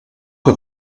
que